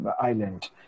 island